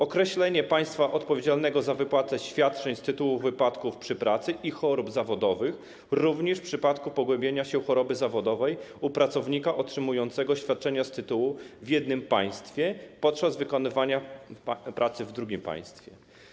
Określenie państwa odpowiedzialnego za wypłatę świadczeń z tytułu wypadków przy pracy i chorób zawodowych, również w przypadku pogłębienia się choroby zawodowej u pracownika otrzymującego świadczenia z tytułu w jednym państwie podczas wykonywania pracy w drugim państwie.